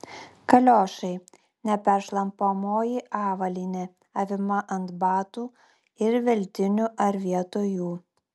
kaliošai neperšlampamoji avalynė avima ant batų ir veltinių ar vietoj jų